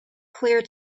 clear